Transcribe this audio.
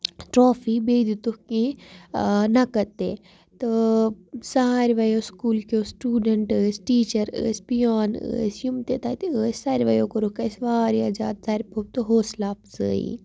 trophy بیٚیہِ دِتُکھ کیٚنٛہہ نَکٕد تہِ تہٕ سٲرویو سکوٗل کیٚو سِٹوٗڈنڈ ٲسۍ ٹیٖچر ٲسۍ پِیان ٲسۍ یِم تہِ تَتہِ ٲسۍ ساروے کوٚرُکھ اَسہِ واریاہ زیادٕ ژَرِ پوٚپ تہٕ حوصلہٕ اَفزٲیی